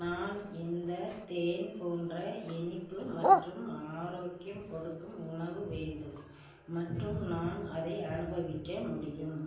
நான் இந்த தேன் போன்ற இனிப்பு மற்றும் ஆரோக்கியம் கொடுக்கும் உணவு வேண்டும் மற்றும் நான் அதை அனுபவிக்க முடியும்